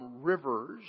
rivers